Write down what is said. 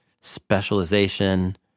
specialization